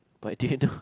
but do you know